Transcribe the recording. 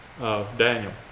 Daniel